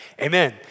amen